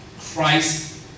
Christ